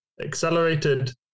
accelerated